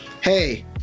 hey